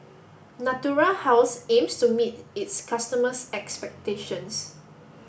Natura House aims to meet its customers' expectations